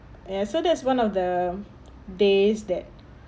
ya so that's one of the days that